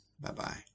bye-bye